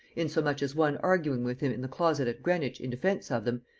insomuch as one arguing with him in the closet at greenwich in defence of them,